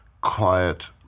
quiet